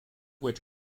which